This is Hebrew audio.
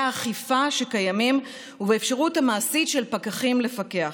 האכיפה שקיימים ובאפשרות המעשית של פקחים לפקח.